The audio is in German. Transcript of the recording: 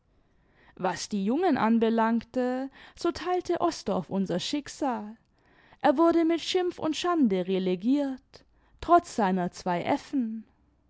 was die jungen anbelangte so teilte osdorff unser schicksal er wurde mit schimpf und schande relegiert trotz seiner zwei